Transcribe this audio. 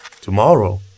Tomorrow